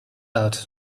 out